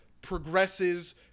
progresses